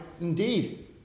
indeed